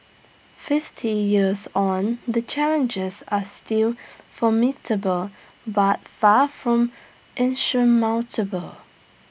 fifty years on the challenges are still formidable but far from insurmountable